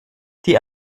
die